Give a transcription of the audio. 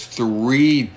three